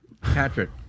Patrick